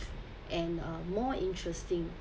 and uh more interesting